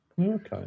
Okay